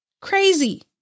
Crazy